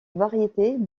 variétés